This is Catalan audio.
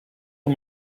per